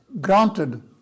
granted